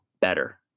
better